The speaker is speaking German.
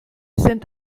sind